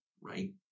right